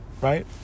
right